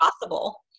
possible